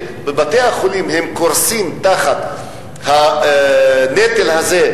בתי-החולים קורסים תחת הנטל הזה,